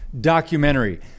documentary